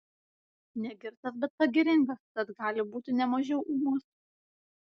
negirtas bet pagiringas tad gali būti ne mažiau ūmus